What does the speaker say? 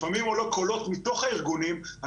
לפעמים עולים קולות מתוך הארגונים על